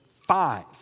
five